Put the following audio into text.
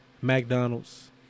McDonald's